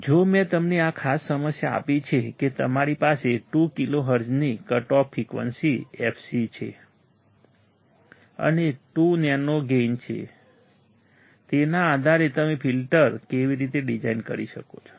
જો મેં તમને આ ખાસ સમસ્યા આપી છે કે તમારી પાસે 2 કિલોહર્ટ્ઝની કટ ઓફ ફ્રિકવન્સી fc છે અને 2 નો ગેઇન છે તેના આધારે તમે ફિલ્ટર કેવી રીતે ડિઝાઇન કરી શકો છો